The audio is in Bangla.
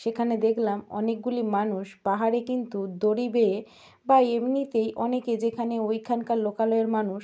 সেখানে দেখলাম অনেকগুলি মানুষ পাহাড়ে কিন্তু দড়ি বেয়ে বা এমনিতেই অনেকে যেখানে ওইখানকার লোকালয়ের মানুষ